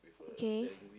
K